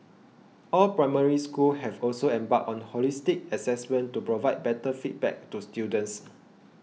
all Primary Schools have also embarked on holistic assessment to provide better feedback to students